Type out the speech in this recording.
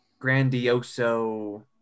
Grandioso